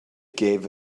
gave